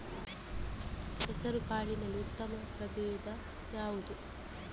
ಹೆಸರುಕಾಳಿನಲ್ಲಿ ಉತ್ತಮ ಪ್ರಭೇಧ ಯಾವುದು?